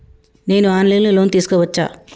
నేను online లో loan తీసుకోవచ్చా?